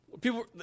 people